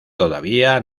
todavía